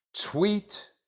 tweet